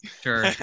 Sure